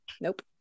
Nope